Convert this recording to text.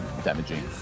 Damaging